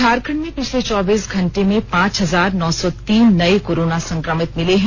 झारखंड में पिछले चौबीस घंटे में पांच हजार नौ सौ तीन नए कोरोना संक्रमित मिले हैं